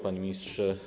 Panie Ministrze!